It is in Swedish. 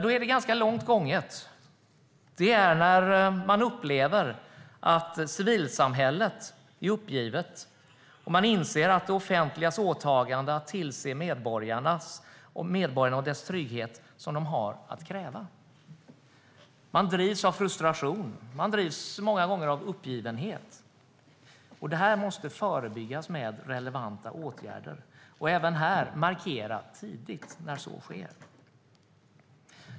Då är det ganska långt gånget. Det är när man upplever att civilsamhället är uppgivet och undrar över det offentligas åtagande att se till medborgarna och den trygghet som de har att kräva. Man drivs av frustration. Man drivs många gånger av uppgivenhet. Detta måste förebyggas med relevanta åtgärder, och även här måste man markera tidigt när så sker.